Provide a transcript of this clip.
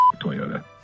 Toyota